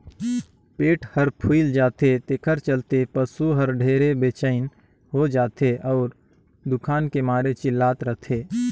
पेट हर फूइल जाथे तेखर चलते पसू हर ढेरे बेचइन हो जाथे अउ दुखान के मारे चिल्लात रथे